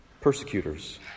persecutors